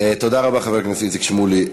תודה רבה, חבר הכנסת איציק שמולי.